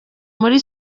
muri